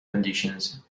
conditions